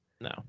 No